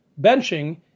benching